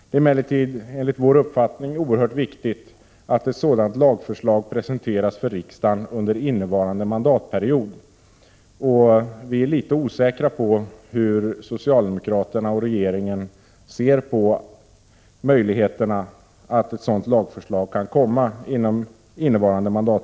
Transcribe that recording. Det är emellertid enligt vår uppfattning oerhört viktigt att ett sådant lagförslag presenteras för riksdagen under innevarande mandatperiod, och vi är litet osäkra på hur socialdemokraterna och regeringen ser på möjligheterna till det.